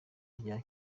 rya